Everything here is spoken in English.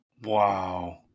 wow